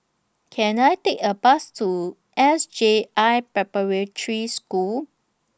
Can I Take A Bus to S J I Preparatory School